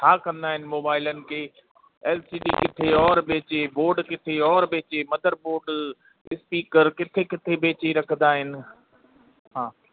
छा कंदा आहिनि मोबाइलनि खे एल सी डी किथे और बेजे बोड किथे और बेचे मदर बोड स्पीकर किथे किथे बेचे रखंदा आहिनि हा